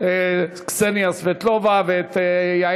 אבל אני יכול לצרף את קסניה סבטלובה ואת יעל